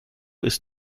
ist